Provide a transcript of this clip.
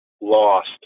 lost